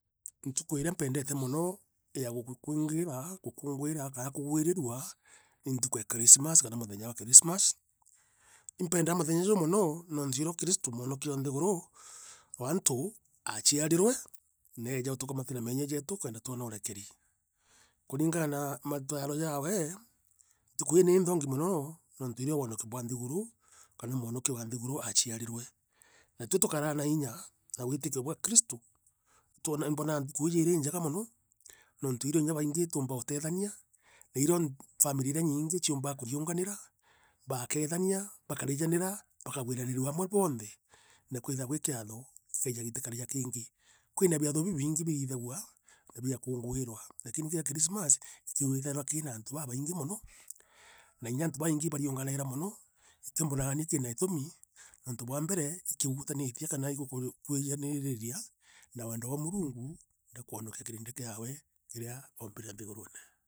Ntuku iria mpendete mono ya gukungwira kana kugwirirua ni ntuku ya Krismasi kana muthenya jwa Krismasi. Nipendaa muthenya ju mono nuntu nirio Kristo Mwonokia o nthiguru wa antu aciarirwe neja gutukamatira meeyia jeetu kenda twona urekeri. Kuringana na Mataro jawe, ntuku ii ni inthongi mono, nuntu nirio wonokio bwa nthiguru kana mwonokia wa Nthiguru aaciarirwe. Natwi tukaraa na inya na witikio bwa Kristo imbonaa ntuku iiji iri injega mono nuntu irio kinya baingi tuumbaa utethania na irio family iria nyingi ciumbaa kuriunganira, baakethania. bakarijanira, bakagwiranirua amwe bonthe na kwithrwa kwi kiatho kikeeja kitikari ja kiingi. Kwina biatho bibingi bithithagwa na biakungwirwa lakini kii kia Krismasi, ikiithairwa kina aantu babaingi mono na kinya antu babaingi ibariunganaira mono nikio mbonaa ni kiina itumi niuntu bwa mbere ikiunguthanitie kana ikikukuijaniriria na wendo bwa Murungu na kwonokia kirindi kiawe kiria oombire Nthigurune.